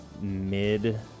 mid-